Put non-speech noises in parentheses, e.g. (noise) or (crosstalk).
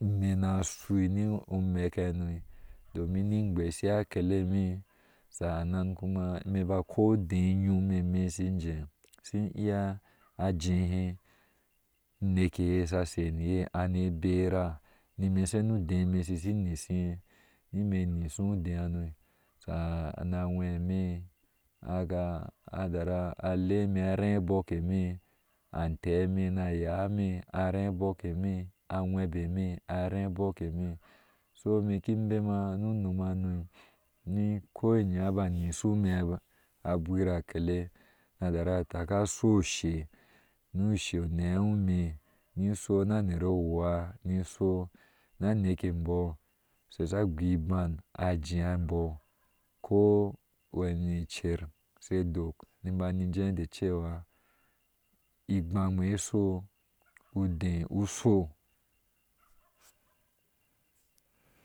Ime na shui omek hano ningbeshiha a keleme sanan kuma me ba koi udeme shin iya jehe uneke ye sha shei niye, ane bera nime shonu udeme, ishin nyihihe, nime shonu udeme ishin nyishihe nime shoniu udeme ishin nyishihe nime nyishihe udehano (hesitation) aŋwɛme aga adara alei ime a rhee abɔɔk eme antee emeni ayaa eme a rhee abɔɔk eme a jŋebe arhee abɔɔk eme so kin bema mu nom hano konya na nyishi anwira kele na tara taka shuu oshe nu ushe unewi ime ni sho na neke bɔɔ ko wani cerike dok nin bani jɛe de cewa igbam ŋwe isho, udɛɛ usho.